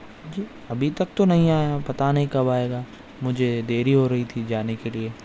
ابھی تک تو نہیں آیا پتا نہیں کب آئے گا مجھے دیری ہو رہی تھی جانے کے لیے